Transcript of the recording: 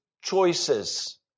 choices